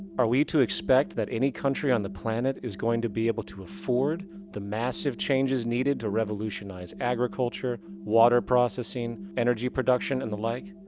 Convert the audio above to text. are we to expect that any country on the planet is going to be able to afford the massive changes needed to revolutionize agriculture water processing, energy production and the like?